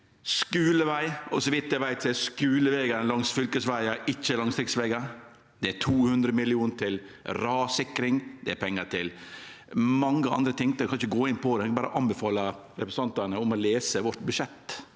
skuleveg. Så vidt eg veit, er skulevegane langs fylkesvegar, ikkje langs riksvegar. Det er 200 mill. kr til rassikring. Det er pengar til mange andre ting. Eg kan ikkje gå inn på det, men eg anbefaler representantane å lese vårt budsjett.